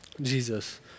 Jesus